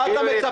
מה אתה מצפה?